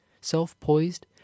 self-poised